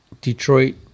Detroit